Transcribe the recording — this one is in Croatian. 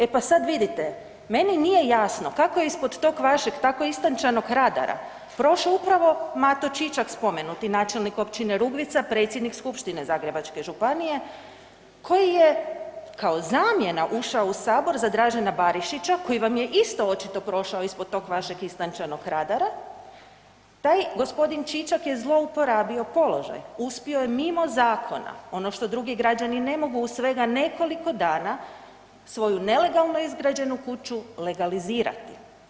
E pa sad vidite, meni nije jasno kako je to ispod tog vašeg tako istančanog radara prošao upravo Mato Čičak spomenuti načelnik općine Rugvica, predsjednice skupštine Zagrebačke županije koji je kao zamjena ušao u sabor za Dražena Barišića koji vam je isto očito prošao ispod tog vašeg istančanog radara, taj gospodin Čičak je zlouporabio položaj, uspio je mimo zakona ono što drugi građani ne mogu u svega nekoliko dana svoju nelegalno izgrađenu kuću legalizirati.